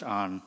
on